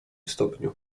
stopniu